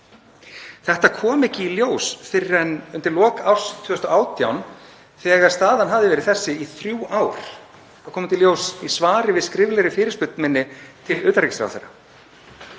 Þetta kom ekki í ljós fyrr en undir lok árs 2018 þegar staðan hafði verið þessi í þrjú ár. Þetta kom í ljós í svari við skriflegri fyrirspurn minni til utanríkisráðherra.